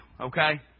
okay